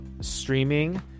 streaming